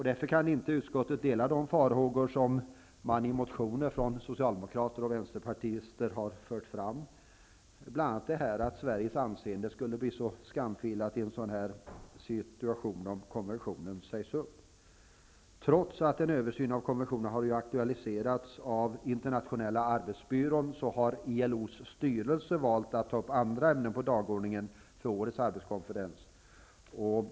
Därför kan utskottet inte dela de farhågor som man i motioner från Socialdemokraterna och Vänsterpartiet har fört fram, bl.a. att Sveriges anseende skulle bli så skamfilat om konventionen sades upp. Trots att en översyn av konventionen har aktualiserats av Internationella arbetsbyrån har ILO:s styrelse valt att ta upp andra ämnen på dagordningen för årets arbetskonferens.